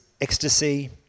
ecstasy